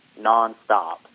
nonstop